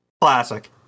Classic